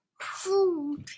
Food